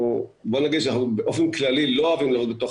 בואי נגיד שבאופן כללי אנחנו לא אוהבים להיות בתוך